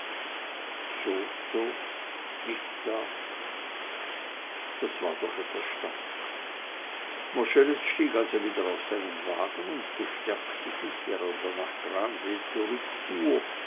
so so nicht da das war doch etwas stark moscheles stieg also wieder auf seinen wagen und bestärkte sich während er nach gransee zurückfuhr